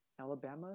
Alabama